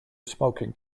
smoking